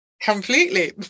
Completely